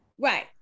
Right